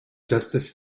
justice